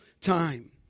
time